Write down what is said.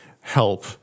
help